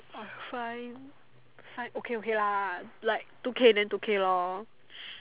I'm fine fine okay okay lah like two K then two K lor